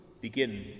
begin